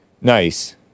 Nice